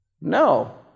No